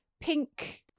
pink